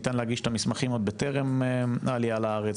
ניתן להגיש את המסמכים עוד בטרם העלייה לארץ.